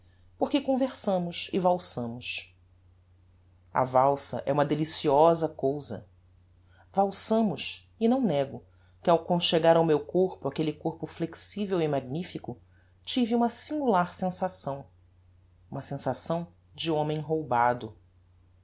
porque conversámos e valsámos a valsa é uma deliciosa cousa valsámos e não nego que ao conchegar ao meu corpo aquelle corpo flexivel e magnifico tive uma singular sensação uma sensação de homem roubado